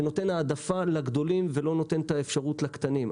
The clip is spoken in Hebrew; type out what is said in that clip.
שנותן העדפה לגדולים ולא נותן את האפשרות לקטנים.